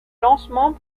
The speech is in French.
lancement